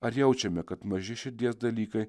ar jaučiame kad maži širdies dalykai